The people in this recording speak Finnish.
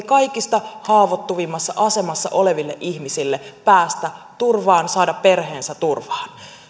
kaikista haavoittuvimmassa asemassa oleville ihmisille päästä turvaan saada perheensä turvaan